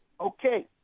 okay